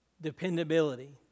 dependability